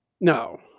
no